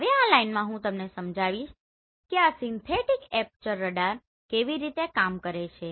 હવે આ લાઇનમાં હું તમને સમજાવીસ કે આ સિન્થેટીક એપર્ચર રડાર કેવી રીતે કાર્ય કરે છે